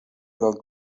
del